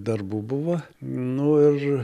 darbų buvo nu ir